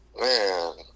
man